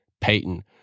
Payton